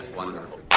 wonderful